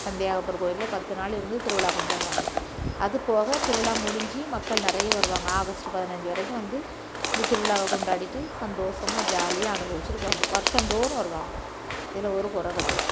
சந்தியாகப்பர் கோவிலில் பத்து நாள் இருந்து திருவிழா கொண்டாடுவாங்க அதுப்போக திருவிழா முடிஞ்சு மக்கள் நிறைய வருவாங்க ஆகஸ்ட்டு பதினஞ்சு வரைக்கும் வந்து இந்த திருவிழாவ கொண்டாடிகிட்டு சந்தோஷமாக ஜாலியாக அனுபவிச்சிகிட்டு போவாங்க வருஷம்தோறும் வருவாங்க இதில் ஒரு கொறை கிடையாது